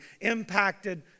impacted